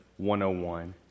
101